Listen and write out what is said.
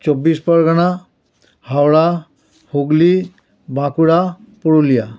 Chabbish Pargana Howrah Hooghly Bankura Purulia